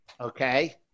Okay